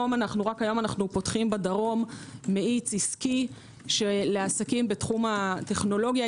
רק היו אנו פותחים בדרום מאיץ עסקי לעסקים בתחום הטכנולוגיה,